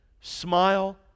smile